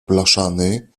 blaszany